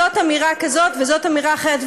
זאת אמירה כזאת וזאת אמירה אחרת.